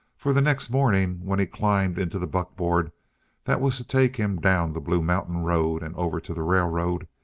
for the next morning, when he climbed into the buckboard that was to take him down the blue mountain road and over to the railroad,